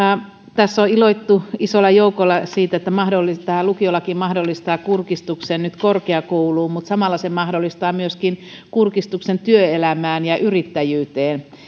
tässä on iloittu isolla joukolla siitä että lukiolaki mahdollistaa nyt kurkistuksen korkeakouluun mutta samalla se mahdollistaa myöskin kurkistuksen työelämään ja yrittäjyyteen